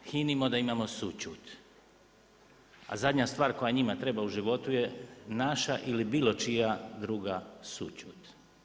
Hinimo da imamo sućut, a zadnja stvar koja njima treba u životu naša ili bilo čija druga sućut.